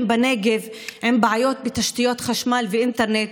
בנגב עם בעיות בתשתיות חשמל ואינטרנט,